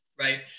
right